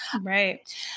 Right